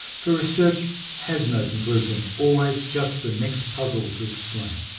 for research has no conclusion, always just the next puzzle to explain.